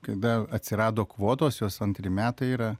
kada atsirado kvotos jos antri metai yra